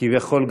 כביכול,